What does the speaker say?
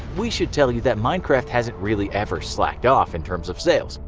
we should tell you that minecraft hasn't really ever slacked-off in terms of sales.